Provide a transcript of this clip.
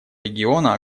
региона